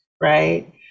right